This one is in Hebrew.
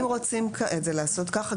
אם רוצים את זה לעשות ככה,